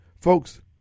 Folks